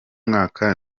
mwaka